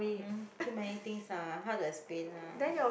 um too many things ah hard to explain lah